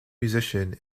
musician